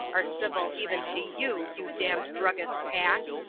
are civil even to you, you damned druggists' hack!